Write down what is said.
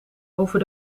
over